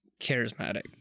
charismatic